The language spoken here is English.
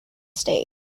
state